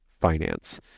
finance